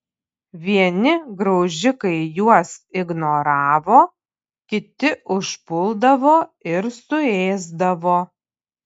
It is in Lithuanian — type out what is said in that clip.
vieni graužikai juos ignoravo kiti užpuldavo ir suėsdavo